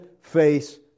face